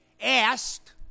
asked